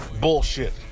Bullshit